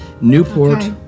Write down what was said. Newport